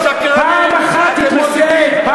אתם שקרנים, אתם מסיתים.